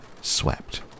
swept